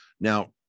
Now